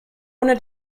ohne